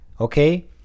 Okay